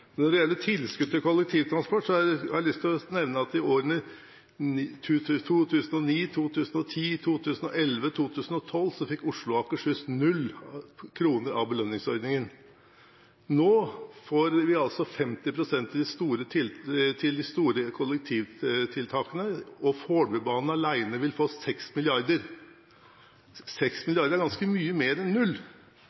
Når det gjelder tilskudd til kollektivtransport, har jeg lyst til å nevne at i årene 2009, 2010, 2011 og 2012 fikk Oslo og Akershus 0 kr av belønningsordningen. Nå får vi altså 50 pst. til de store kollektivtiltakene, og Fornebubanen alene vil få